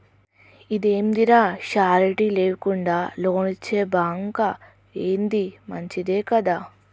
ఇదేందిరా, షూరిటీ లేకుండా లోన్లిచ్చే బాంకా, ఏంది మంచిదే గదా